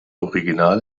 original